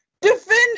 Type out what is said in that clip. defend